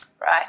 Right